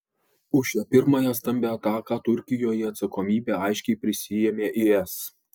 už šią pirmąją stambią ataką turkijoje atsakomybę aiškiai prisiėmė is